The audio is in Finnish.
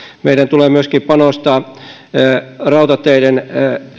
meidän tulee panostaa myöskin siihen rautateiden